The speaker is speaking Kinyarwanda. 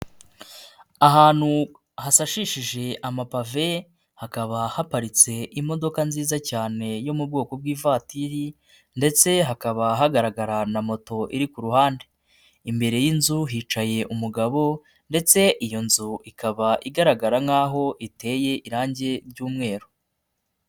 Ahantu hasashishije amapave hakaba haparitse imodoka nziza cyane yo mu bwoko bw'ivatiri ndetse hakaba hagaragara na moto iri ku ruhande, imbere y'inzu hicaye umugabo ndetse iyo nzu ikaba igaragara nk'aho iteye irangi ry'umweru.